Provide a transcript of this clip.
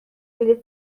بلیط